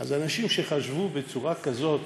אז אלו אנשים שחשבו בצורה כזאת,